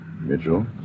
Mitchell